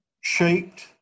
shaped